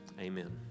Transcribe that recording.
amen